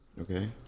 Okay